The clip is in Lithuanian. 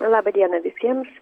laba diena visiems